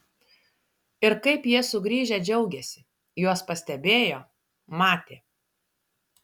ir kaip jie sugrįžę džiaugėsi juos pastebėjo matė